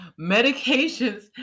medications